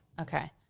Okay